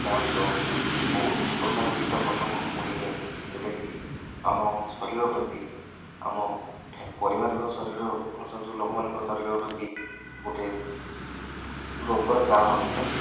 ଡାଉଁଶ ବହୁତପ୍ରକାର କୀଟପତଙ୍ଗ ଉଡ଼ିବେ ଯେଉଁଟାକି ଆମ ଶରୀରପ୍ରତି ଆମ ପରିବାରର ଶରୀର ଆମ ସହ ଯେଉଁ ଲୋକମାନଙ୍କ ଶରୀରପ୍ରତି ଗୋଟେ ରୋଗର କାରଣ ହେଇପାରେ